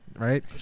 Right